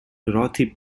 dorothy